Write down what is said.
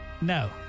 No